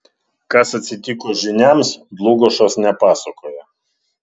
kas atsitiko žyniams dlugošas nepasakoja